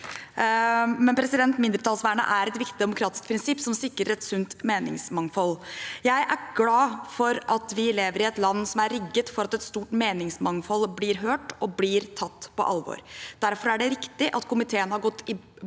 behandlet. Mindretallsvernet er et viktig demokratisk prinsipp som sikrer et sunt meningsmangfold. Jeg er glad for at vi lever i et land som er rigget for at et stort meningsmangfold blir hørt og tatt på alvor. Derfor er det riktig at komiteen har gått